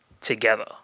Together